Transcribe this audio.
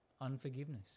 unforgiveness